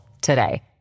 today